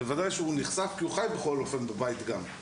בוודאי שהוא נחשף, כי הוא חי בכל אופן בבית גם.